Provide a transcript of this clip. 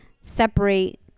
separate